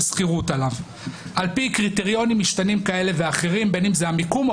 שכירות עליו לפי קריטריונים משתנים בין זה מיקום,